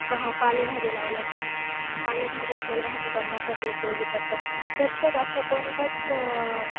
पाहा पालेभाज्या लावल्या तर पालेभाज्या आपल्याला भाजी करण्यासाठी उपयोगी पडतात प्रत्येक असं कोणताच